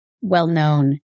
well-known